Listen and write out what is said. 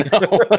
no